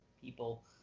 people